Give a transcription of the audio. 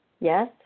yes